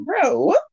bro